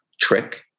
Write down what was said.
trick